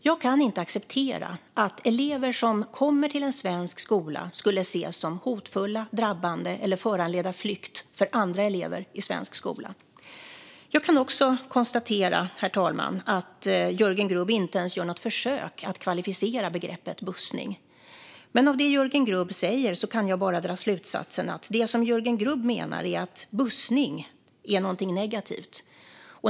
Jag kan inte acceptera att elever som kommer till en svensk skola skulle ses som hotfulla eller drabbande eller skulle föranleda flykt för andra elever i svensk skola. Jag kan också konstatera att Jörgen Grubb inte ens gör något försök att kvalificera begreppet bussning. Men av det Jörgen Grubb säger kan jag bara dra slutsatsen att det som Jörgen Grubb menar är att bussning är något negativt.